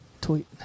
Tweet